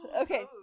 Okay